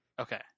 Okay